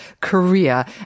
Korea